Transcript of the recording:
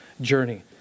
journey